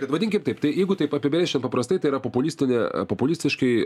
kad vadinkim taip tai jeigu taip apibrėžčiau paprastai tai yra populistinė populistiškai